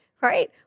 right